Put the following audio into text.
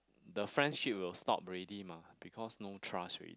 the friendship will stop already mah because no trust already